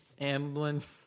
Amblin